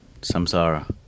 Samsara